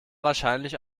wahrscheinlich